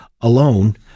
alone